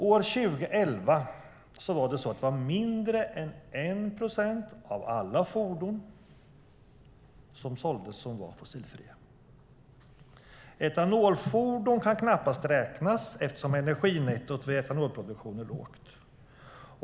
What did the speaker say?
År 2011 var det mindre än 1 procent av alla fordon som såldes som var fossilfria. Etanolfordon kan knappast räknas eftersom energinettot vid etanolproduktion är lågt.